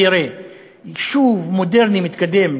יראה יישוב מודרני ומתקדם,